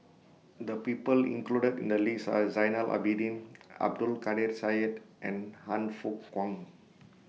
The People included in The list Are Zainal Abidin Abdul Kadir Syed and Han Fook Kwang